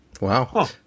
Wow